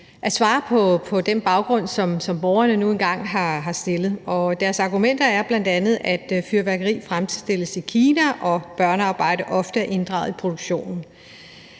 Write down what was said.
også svare på det forslag, som borgerne nu engang har stillet. Et af deres argumenter er, at fyrværkeri fremstilles i Kina, og at børnearbejde ofte er inddraget i produktionen.